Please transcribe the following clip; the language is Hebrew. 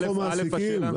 אנחנו מעסיקים,